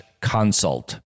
consult